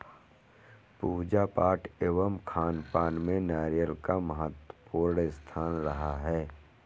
पूजा पाठ एवं खानपान में नारियल का महत्वपूर्ण स्थान रहा है